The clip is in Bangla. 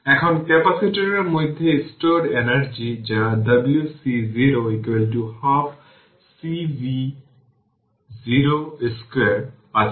এখন ক্যাপাসিটরের মধ্যে স্টোরড এনার্জি যা w c 0 half C v0 2 আছে